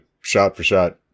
shot-for-shot